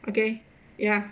okay ya